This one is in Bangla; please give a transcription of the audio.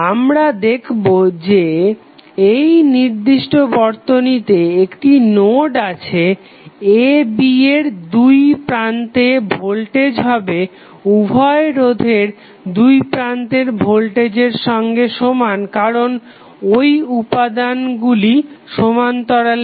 আমরা দেখবো যে এই নির্দিষ্ট বর্তনীতে একটি মাত্র নোড আছে a b এর দুই প্রান্তে ভোল্টেজ হবে উভয় রোধের দুই প্রান্তের ভোল্টেজের সঙ্গে সমান কারণ ঐ উপাদানগুলি সমান্তরালে আছে